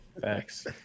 Facts